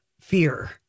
fear